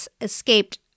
escaped